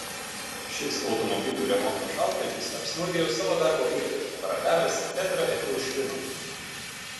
šis automobilių remonto šaltkalvis apsinuodijo savo darbo vietoje paragavęs tetraetilšvino